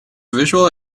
visual